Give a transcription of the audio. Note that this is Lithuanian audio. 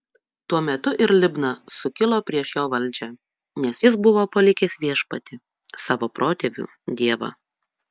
tuo metu ir libna sukilo prieš jo valdžią nes jis buvo palikęs viešpatį savo protėvių dievą